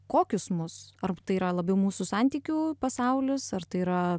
kokius mus ar tai yra labiau mūsų santykių pasaulius ar tai yra